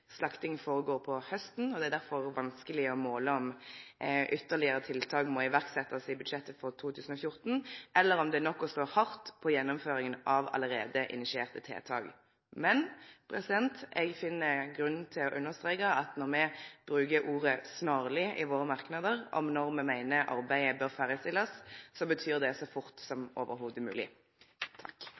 Slakting går føre seg på hausten, og det er derfor vanskeleg å måle om ytterlegare tiltak må setjast i verk i budsjettet for 2014, eller om det er nok å stå hardt på gjennomføring av allereie initierte tiltak. Men eg finn grunn til å understreke at når me bruker ordet «snarleg» i våre merknader om når me meiner arbeidet bør bli ferdigstilt, så betyr det så fort som